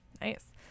Nice